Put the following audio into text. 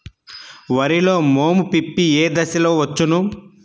వరిలో మోము పిప్పి ఏ దశలో వచ్చును?